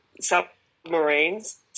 submarines